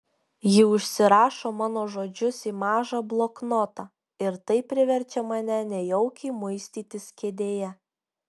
ji užsirašo mano žodžius į mažą bloknotą ir tai priverčia mane nejaukiai muistytis kėdėje